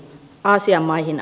aasian maihin